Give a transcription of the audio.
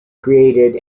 created